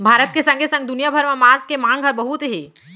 भारत के संगे संग दुनिया भर म मांस के मांग हर बहुत हे